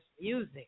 music